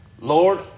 Lord